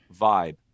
vibe